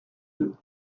deux